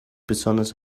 besonders